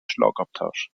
schlagabtausch